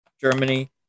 Germany